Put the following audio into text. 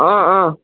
অঁ অঁ